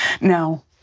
No